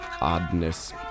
oddness